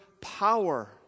power